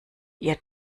ihr